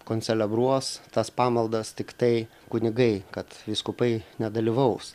koncelebruos tas pamaldas tiktai kunigai kad vyskupai nedalyvaus